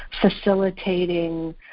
facilitating